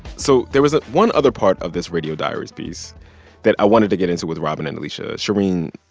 so there was ah one other part of this radio diaries piece that i wanted to get into with robin and alisha. shereen,